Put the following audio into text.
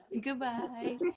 goodbye